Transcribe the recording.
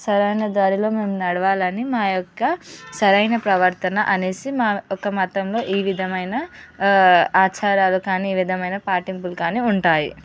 సరైన దారిలో మేము నడవాలని మా యొక్క సరైన ప్రవర్తన అనేసి మా యొక్క మతంలో ఈ విధమైన ఆచారాలు కానీ ఈ విధమైన పాటింపులు కానీ ఉంటాయి